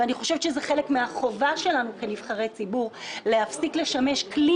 אני חושבת שזה חלק מהחובה שלנו כנבחרי ציבור להפסיק לשמש כלי